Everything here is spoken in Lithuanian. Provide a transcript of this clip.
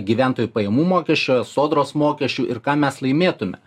gyventojų pajamų mokesčio sodros mokesčių ir ką mes laimėtume